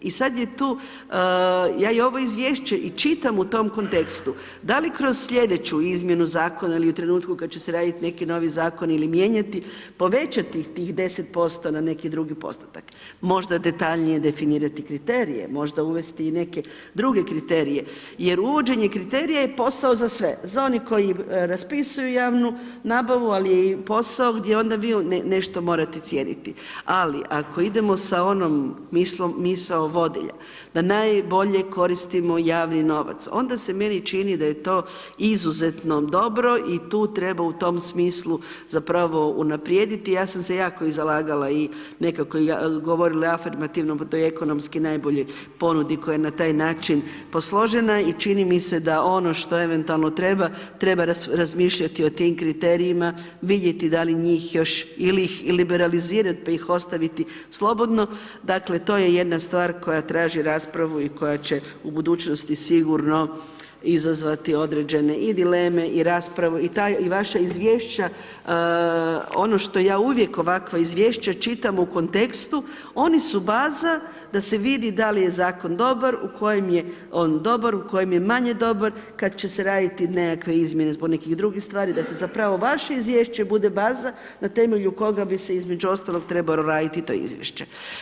I sad je tu, ja ovo izvješće i čitam u tom kontekstu, da li kroz slijedeću izmjenu zakona ili u trenutku kad će se radit neki novi zakon ili mijenjati, povećati tih 10% na neki drugi postotak, možda detaljnije definirati kriterije, možda uvesti i neke druge kriterije jer uvođenje kriterija je posao za sve, za one koji raspisuju javnu nabavu, ali je i posao gdje onda vi nešto morate cijeniti, ali ako idemo sa onom misao vodilja da najbolje koristimo javni novac, onda se meni čini da je to izuzetno dobro i tu treba u tom smislu zapravo unaprijediti, ja sam se jako i zalagala i nekako govorila afirmativno o toj ekonomski najboljoj ponudi koja je na taj način posložena i čini mi se da ono što eventualno treba, treba razmišljati o tim kriterijima, vidjeti da li njih još ili ih liberalizirat, pa ih ostaviti slobodno, dakle, to je jedna stvar koja traži raspravu i koja će u budućnosti sigurno izazvati određene i dileme i raspravu i vaša izvješća, ono što ja uvijek ovakva izvješća čitam u kontekstu, oni su baza da se vidi da li je zakon dobar, u kojem je on dobar, u kojem je manje dobar, kad će se raditi nekakve izmjene zbog nekih drugih stvari da se zapravo vaše izvješće bude baza na temelju koga bi se između ostalog trebalo radit to izvješće.